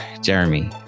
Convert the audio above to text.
Jeremy